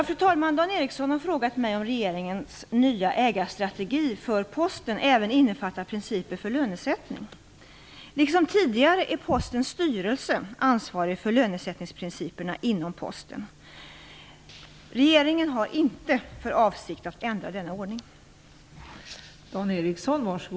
Fru talman! Dan Ericsson har frågat mig om regeringens nya ägarstrategi för Posten även innefattar principer för lönesättning. Liksom tidigare är Postens styrelse ansvarig för lönesättningsprinciperna inom Posten. Regeringen har inte för avsikt att ändra denna ordning.